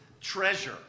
treasure